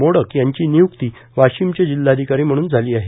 मोडक यांची निय्क्ती वाशिमचे जिल्हाधिकारी म्हणून झाली आहे